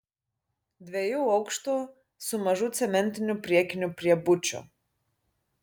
dviejų aukštų su mažu cementiniu priekiniu priebučiu